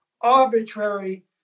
arbitrary